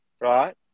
right